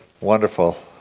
wonderful